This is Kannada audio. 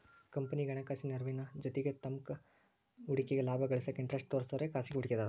ಕಂಪನಿಗಿ ಹಣಕಾಸಿನ ನೆರವಿನ ಜೊತಿಗಿ ತಮ್ಮ್ ಹೂಡಿಕೆಗ ಲಾಭ ಗಳಿಸಾಕ ಇಂಟರೆಸ್ಟ್ ತೋರ್ಸೋರೆ ಖಾಸಗಿ ಹೂಡಿಕೆದಾರು